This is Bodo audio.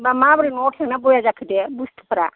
होमबा माब्रै न'आव थांना बया जाखो दे बुस्थुफ्रा